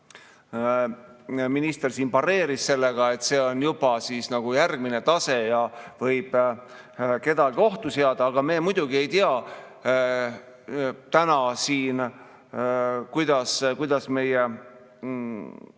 minister pareeris sellega, et see on juba järgmine tase ja võib kedagi ohtu seada. Aga me muidugi ei tea täna siin, kuidas meie